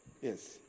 Yes